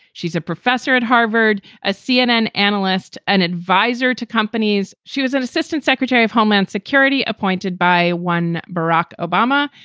she's a professor at harvard. a cnn analyst and adviser to companies. she was an assistant secretary of homeland security, appointed by one barack obama.